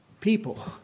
people